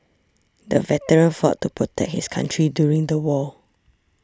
the veteran fought to protect his country during the war